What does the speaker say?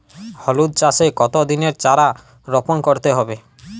হলুদ চাষে কত দিনের চারা রোপন করতে হবে?